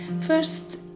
First